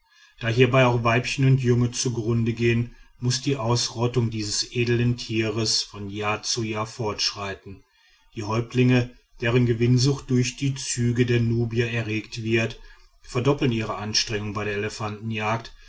da hierbei auch weibchen und junge zugrundegehen muß die ausrottung dieses edeln tieres von jahr zu jahr fortschreiten die häuptlinge deren gewinnsucht durch die züge der nubier erregt wird verdoppeln ihre anstrengungen bei der